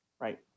Right